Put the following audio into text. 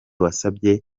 wasabye